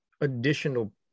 additional